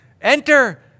enter